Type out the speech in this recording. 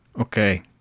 Okay